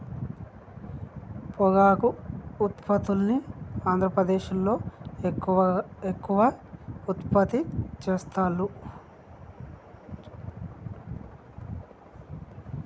పొగాకు ఉత్పత్తుల్ని ఆంద్రప్రదేశ్లో ఎక్కువ ఉత్పత్తి చెస్తాండ్లు